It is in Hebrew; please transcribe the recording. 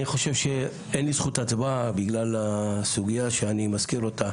אני חושב שאין לי זכות הצבעה בגלל הסוגיה שאני מזכיר אותה,